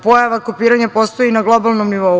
Pojava kopiranja postoji na globalnom nivou.